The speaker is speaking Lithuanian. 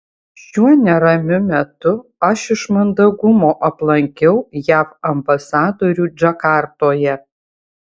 šiuo neramiu metu aš iš mandagumo aplankiau jav ambasadorių džakartoje